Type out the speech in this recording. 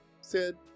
Sid